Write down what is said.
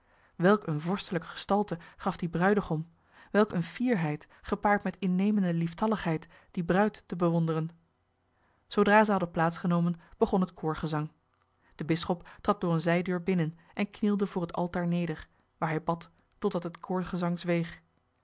welk eene vorstelijke gestalte gaf die bruidegom welk eene fierheid gepaard met innemende lieftalligheid die bruid te bewonderen zoodra zij hadden plaats genomen begon het koorgezang de bisschop trad door eene zijdeur binnen en knielde voor het altaar neder waar hij bad totdat het koorgezang zweeg